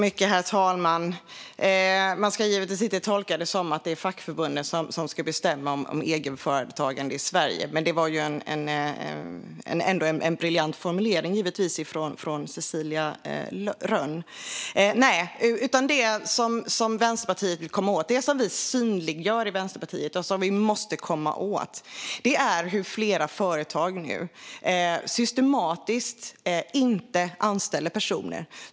Herr talman! Man ska givetvis inte tolka det som att det är fackförbunden som ska bestämma över egenföretagande i Sverige, men det var förstås en briljant formulering från Cecilia Rönn. Nej, det Vänsterpartiet synliggör och som vi måste komma åt är att flera företag systematiskt inte anställer människor.